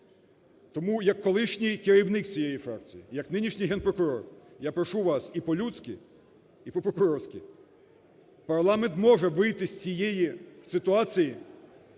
Тому як колишній керівник цієї фракції, як нинішній Генпрокурор я прошу вас і по-людськи, і по-прокурорськи, парламент може вийти з цієї ситуації